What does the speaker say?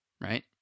Right